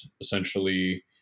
essentially